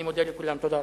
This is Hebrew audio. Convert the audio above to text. אני מודה לכולם.